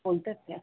बोलत आहेत त्या